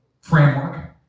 framework